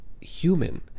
human